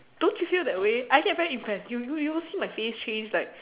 don't you feel that way I think I'm very impressed do you did you see my face change like